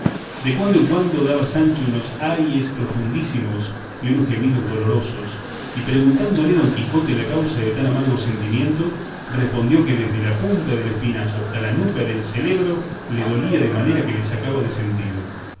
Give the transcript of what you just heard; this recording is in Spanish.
de cuando en cuando daba sancho unos ayes profundísimos y unos gemidos dolorosos y preguntándole don quijote la causa de tan amargo sentimiento respondió que desde la punta del espinazo hasta la nuca del celebro le dolía de manera que le sacaba de sentido